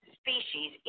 species